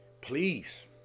Please